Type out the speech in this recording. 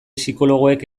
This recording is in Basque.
psikologoek